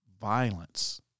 violence